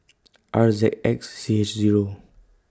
R Z X C H Zero